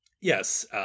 Yes